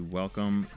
welcome